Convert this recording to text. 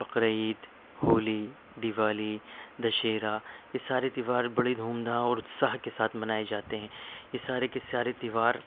بقرعید ہولی دیوالی دشہرہ یہ سارے تیوہار بڑے دھوم دھام اور اتساہ کے ساتھ منائے جاتے ہیں یہ سارے کے سارے تیوہار